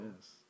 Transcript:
Yes